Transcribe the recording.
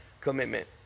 commitment